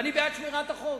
אני בעד שמירת החוק,